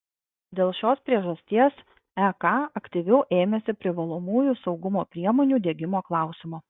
dėl šios priežasties ek aktyviau ėmėsi privalomųjų saugumo priemonių diegimo klausimo